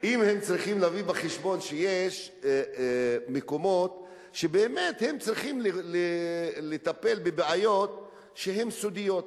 שיש מקומות שהם צריכים לטפל בבעיות סודיות,